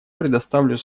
предоставлю